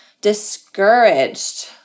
discouraged